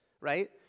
right